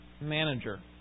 manager